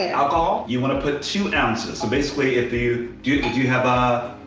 alcohol? you want to put two ounces, so basically if you do and you have a.